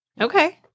Okay